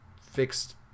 fixed